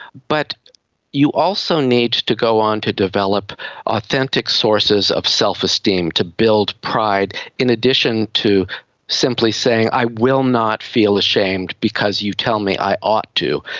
but you also need to go on to develop authentic sources of self-esteem to build pride in addition to simply saying i will not feel ashamed because you tell me i ought to.